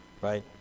right